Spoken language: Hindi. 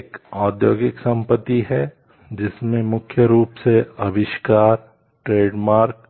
एक औद्योगिक संपत्ति है जिसमें मुख्य रूप से आविष्कार ट्रेडमार्क